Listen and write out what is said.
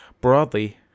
Broadly